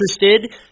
interested